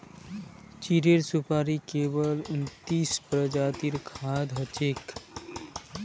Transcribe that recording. चीड़ेर सुपाड़ी केवल उन्नतीस प्रजातिर खाद्य हछेक